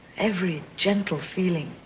every gentle feeling,